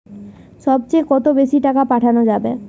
সব চেয়ে কত বেশি টাকা পাঠানো যাবে?